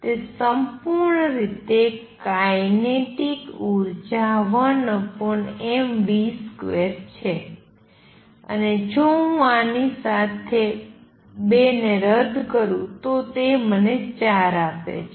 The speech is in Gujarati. તે સંપૂર્ણ રીતે કાઇનેટિક ઉર્જા 12mv2 છે અને જો હું આની સાથે ૨ રદ કરું તો તે મને ૪ આપે છે